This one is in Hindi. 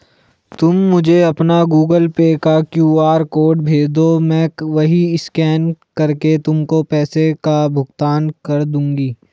तुम मुझे अपना गूगल पे का क्यू.आर कोड भेजदो, मैं वहीं स्कैन करके तुमको पैसों का भुगतान कर दूंगी